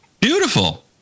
Beautiful